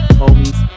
homies